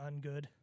ungood